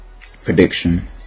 prediction